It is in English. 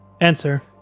answer